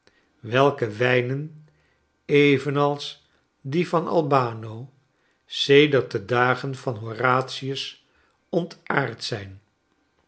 welke wijne'n evenals die van a no sedert de dagen van horatius ontaard zijn